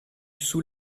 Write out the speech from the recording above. sous